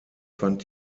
fand